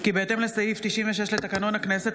כי בהתאם לסעיף 96 לתקנון הכנסת,